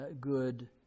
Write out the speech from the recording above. good